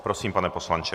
Prosím, pane poslanče.